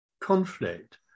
conflict